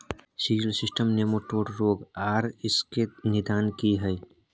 Cereal system nematode रोग आर इसके निदान की हय?